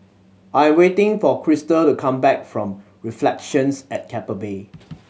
I am waiting for Krystal to come back from Reflections at Keppel Bay